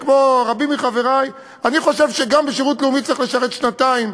כמו רבים מחברי אני חושב שגם בשירות לאומי צריך לשרת שנתיים,